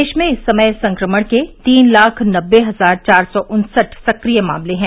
देश में इस समय संक्रमण के तीन लाख नब्बे हजार चार सौ उन्सठ सक्रिय मामले हैं